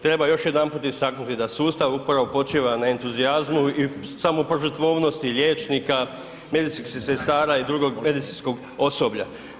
Treba još jedanput istaknuti da sustav upravo počiva na entuzijazmu i samoj požrtvovnosti liječnika, medicinskih sestara i drugog medicinskog osoblja.